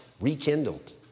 rekindled